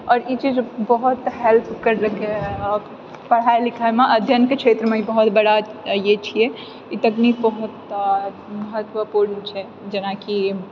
आओर ई चीज बहुत हैल्प करलकै हऽ पढ़ाइ लिखाइमऽ अध्ययनकऽ क्षेत्रमऽ ई बहुत बड़ा ए छियै ई तकनीक बहुत महत्वपूर्ण छै जेनाकि